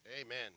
Amen